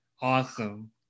awesome